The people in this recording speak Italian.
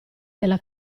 della